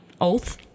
oath